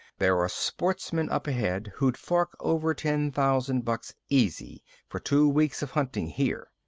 there are sportsmen up ahead who'd fork over ten thousand bucks easy for two weeks of hunting here.